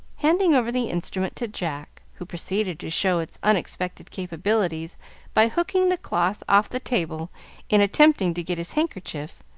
handing over the instrument to jack who proceeded to show its unexpected capabilities by hooking the cloth off the table in attempting to get his handkerchief,